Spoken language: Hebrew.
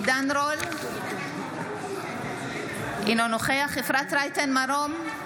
עידן רול, אינו נוכח אפרת רייטן מרום,